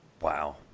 Wow